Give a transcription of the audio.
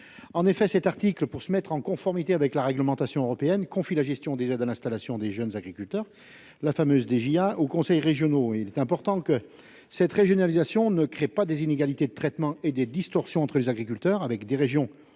en effet, cet article pour se mettre en conformité avec la réglementation européenne, confie la gestion des aides à l'installation des jeunes agriculteurs, la fameuse DJIA aux conseils régionaux et il est important que cette régionalisation ne crée pas des inégalités de traitement et des distorsions entre les agriculteurs avec des régions et nous